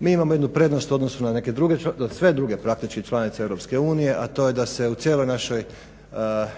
Mi imamo jednu prednost u odnosu na sve druge praktički članice EU a to je da se u cijeloj našoj